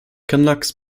canucks